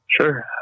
Sure